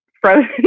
frozen